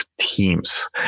teams